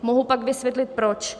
Mohu pak vysvětlit proč.